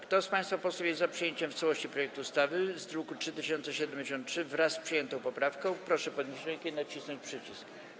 Kto z państwa posłów jest za przyjęciem w całości projektu ustawy z druku nr 3073, wraz z przyjętą poprawką, proszę podnieść rękę i nacisnąć przycisk.